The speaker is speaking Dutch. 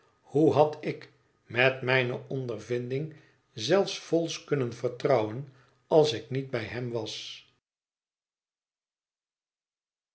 hoe had ik met mijne ondervinding zelfs vholes kunnen vertrouwen als ik niet bij hem was